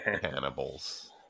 cannibals